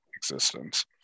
existence